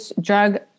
drug